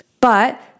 But-